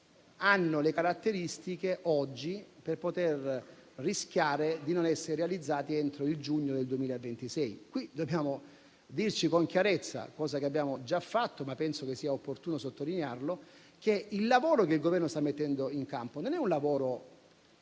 hanno le caratteristiche oggi di rischiare di non essere realizzati entro il mese di giugno del 2026. Dobbiamo dirci con chiarezza - cosa che abbiamo già fatto ma penso che sia opportuno sottolinearlo - che il lavoro che il Governo sta mettendo in campo non è casuale.